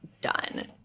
done